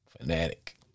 Fanatic